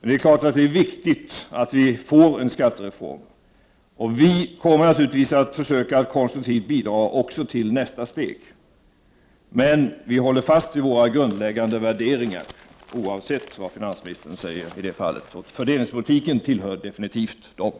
Det är viktigt att vi får en skattereform, och vi kommer naturligtvis att försöka bidra konstruktivt även till nästa steg. Vi håller dock fast vid våra grundläggande värderingar, oavsett vad finansministern säger i det fallet. Det gäller absolut för fördelningspolitiken.